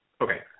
Okay